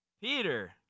Peter